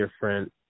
different